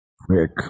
Rick